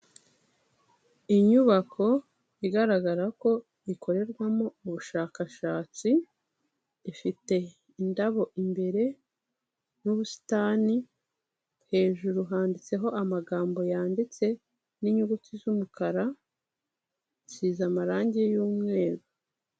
Inyubako igaragara ko ikorerwamo ubushakashatsi, ifite indabo imbere n'ubusitani, hejuru handitseho amagambo yanditse n'inyuguti z'umukara isize amarange y'umweru.